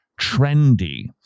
trendy